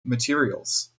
materials